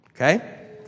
Okay